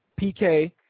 PK